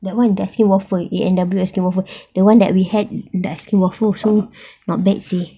that one the ice cream waffle A&W ice cream waffle the one that we had the ice cream waffle also not bad seh